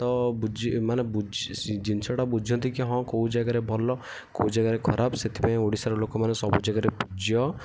ତ ବୁଝି ମାନେ ବୁଝି ଜିନିଷଟା ବୁଝନ୍ତି କି ହଁ କେଉଁ ଜାଗାରେ ଭଲ କେଉଁ ଜାଗାରେ ଖରାପ ସେଥିପାଇଁ ଓଡ଼ିଶାର ଲୋକମାନେ ସବୁ ଜାଗାରେ ପୂଜ୍ୟ